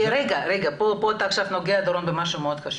רגע, כאן אתה נוגע במשהו מאוד חשוב.